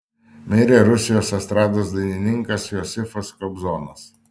mirė rusijos estrados dainininkas josifas kobzonas